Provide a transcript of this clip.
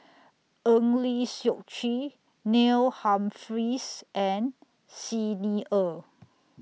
Eng Lee Seok Chee Neil Humphreys and Xi Ni Er